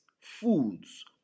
foods